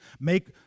make